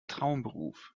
traumberuf